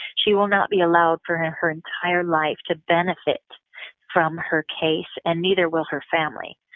she will not be allowed for her her entire life to benefit from her case and neither will her family.